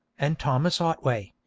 and thomas otway.